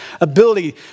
ability